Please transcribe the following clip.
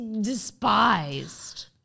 despised